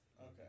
Okay